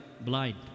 blind